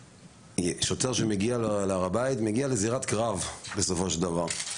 שוטר שמגיע להר הבית מגיע לזירת קרב בסופו של דבר.